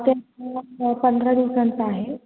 ते पंधरा दिवसांचं आहे